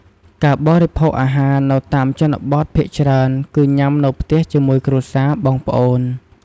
ការបរិភោគអាហារនៅតាមជនបទភាគច្រើនគឺ ញ៉ាំនៅផ្ទះជាមួយគ្រួសារ បងប្អូន។